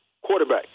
quarterback